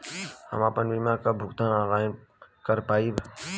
हम आपन बीमा क भुगतान ऑनलाइन कर पाईब?